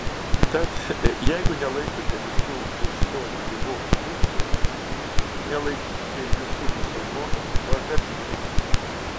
tad jeigu nelaikote visų krikščionių jehovos liudytojais nelaikykite ir visų musulmonų vahabitais